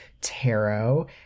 tarot